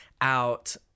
out